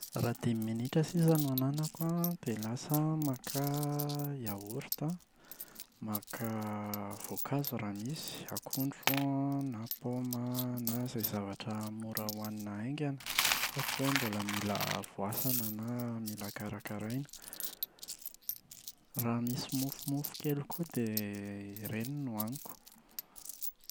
Raha dimy minitra sisa no ananako an, dia lasa aho maka yaourt an, maka voankazo raha misy: akondro an, na paoma an, na izay zavatra mora ohanina aingana fa tsy hoe mbola mila voasana na mila karakaraina. Raha misy mofomofo kely koa dia ireny no hoaniko.